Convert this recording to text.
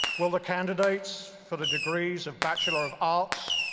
will the candidates for the degrees of bachelor of arts,